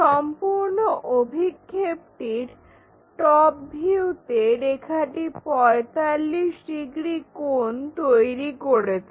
সম্পূর্ণ অভিক্ষেপটির টপ ভিউতে রেখাটি 45 ডিগ্রি কোণ তৈরি করেছে